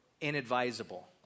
inadvisable